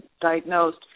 diagnosed